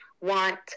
want